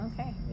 Okay